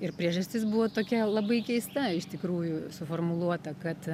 ir priežastis buvo tokia labai keista iš tikrųjų suformuluota kad